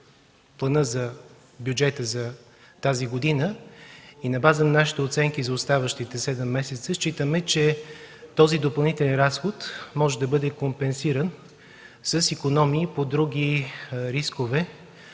плана за бюджета за тази година и на база на оценките ни за оставащите седем месеца, считаме, че този допълнителен разход може да бъде компенсиран с икономии по други рискове